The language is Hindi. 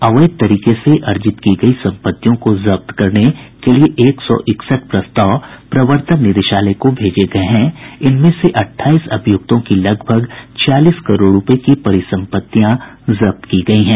अवैध तरीके से अर्जित की गयी संपत्तियों को जब्त करने के लिए एक सौ इकसठ प्रस्ताव प्रवर्तन निदेशालय को भेजे गये हैं इनमें से अठाईस अभियुक्तों की लगभग छियालीस करोड़ रूपये की परिसंपत्तियां जब्त की गयी हैं